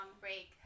break